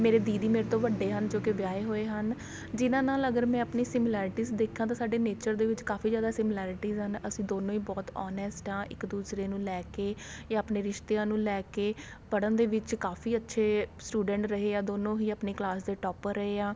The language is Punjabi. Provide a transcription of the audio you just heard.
ਮੇਰੇ ਦੀਦੀ ਮੇਰੇ ਤੋਂ ਵੱਡੇ ਹਨ ਜੋ ਕਿ ਵਿਆਹੇ ਹੋਏ ਹਨ ਜਿਹਨਾਂ ਨਾਲ ਅਗਰ ਮੈਂ ਆਪਣੀ ਸਿੰਮਲੈਰਟੀਸ ਦੇਖਾਂ ਤਾਂ ਸਾਡੇ ਨੇਚਰ ਦੇ ਵਿੱਚ ਕਾਫੀ ਜ਼ਿਆਦਾ ਸਿਮਲੈਰਟੀਸ ਹਨ ਅਸੀਂ ਦੋਨੋ ਹੀ ਬਹੁਤ ਔਨੈਸਟ ਹਾਂ ਇੱਕ ਦੂਸਰੇ ਨੂੰ ਲੈ ਕੇ ਜਾਂ ਆਪਣੇ ਰਿਸ਼ਤਿਆਂ ਨੂੰ ਲੈ ਕੇ ਪੜ੍ਹਨ ਦੇ ਵਿੱਚ ਕਾਫੀ ਅੱਛੇ ਸਟੂਡੈਂਟ ਰਹੇ ਹੈ ਦੋਨੋ ਹੀ ਆਪਣੀ ਕਲਾਸ ਦੇ ਟੋਪਰ ਰਹੇ ਹਾਂ